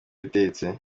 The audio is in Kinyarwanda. bitetse